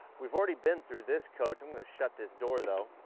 we've already been through this coach. i'm gonna shut this door though.